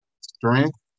Strength